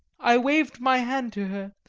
i waved my hand to her,